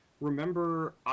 remember